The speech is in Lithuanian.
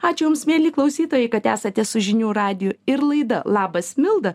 ačiū jums mieli klausytojai kad esate su žinių radiju ir laida labas milda